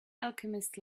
alchemist